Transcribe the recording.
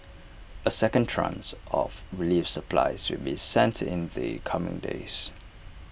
A second tranche of relief supplies will be sent in the coming days